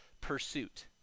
pursuit